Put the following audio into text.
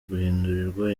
guhindurirwa